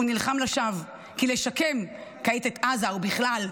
הוא נלחם לשווא, כי לשקם כעת את עזה ובכלל,